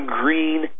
green